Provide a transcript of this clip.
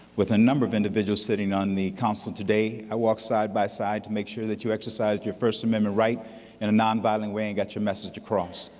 with a number of individuals sitting on the council today, i walked side by side to make sure that you exercised your first amendment right in a nonviolent way and got your message across.